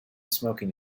smoking